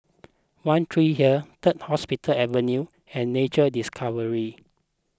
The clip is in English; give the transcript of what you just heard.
one Tree Hill Third Hospital Avenue and Nature Discovery